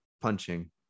punching